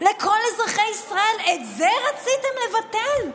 לכל אזרחי ישראל, את זה רציתם לבטל?